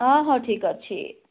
ହଁ ହଁ ଠିକ୍ ଅଛି